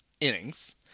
innings